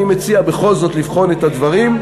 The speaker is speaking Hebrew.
אני מציע בכל זאת לבחון את הדברים.